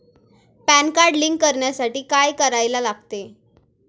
Pan card link करण्यासाठी काय करायला लागते?